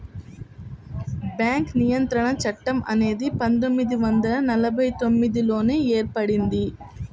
bank నియంత్రణ చట్టం అనేది పందొమ్మిది వందల నలభై తొమ్మిదిలోనే ఏర్పడింది